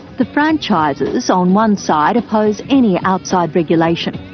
the franchisors so on one side oppose any outside regulation.